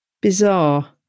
Bizarre